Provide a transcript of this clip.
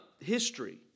history